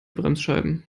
bremsscheiben